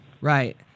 Right